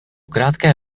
krátké